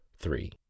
three